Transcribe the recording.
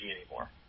anymore